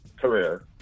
career